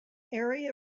area